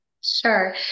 Sure